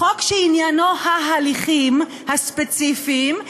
חוק שעניינו ההליכים הספציפיים,